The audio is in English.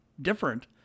different